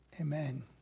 Amen